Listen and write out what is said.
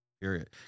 Period